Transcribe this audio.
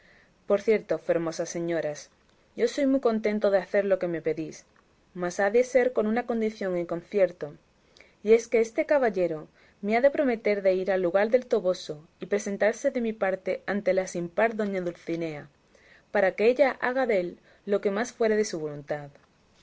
por cierto fermosas señoras yo soy muy contento de hacer lo que me pedís mas ha de ser con una condición y concierto y es que este caballero me ha de prometer de ir al lugar del toboso y presentarse de mi parte ante la sin par doña dulcinea para que ella haga dél lo que más fuere de su voluntad